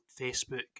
Facebook